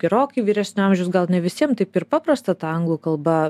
gerokai vyresnio amžiaus gal ne visiem taip ir paprasta ta anglų kalba